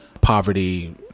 poverty